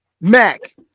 Mac